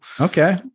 Okay